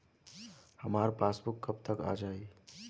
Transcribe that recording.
हमार पासबूक कब तक आ जाई?